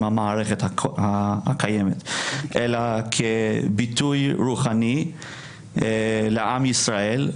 המערכת הקיימת אלא כביטוי רוחני לעם ישראל.